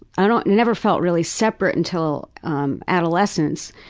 i never felt really separate until um adolescence.